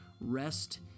Rest